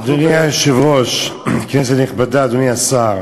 אנחנו אדוני היושב-ראש, כנסת נכבדה, אדוני השר,